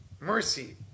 mercy